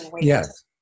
yes